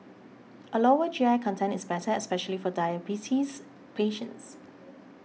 a lower G I content is better especially for diabetes patients